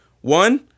one